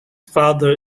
father